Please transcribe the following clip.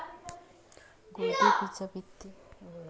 ಗೋಧಿ ಬೀಜ ಬಿತ್ತಿ ಸಸಿ ಹುಟ್ಟಿದ ಬಲಿಕ ಹುಳ ಹತ್ತಲಾರದಂಗ ಹೇಂಗ ಕಾಯಬೇಕು?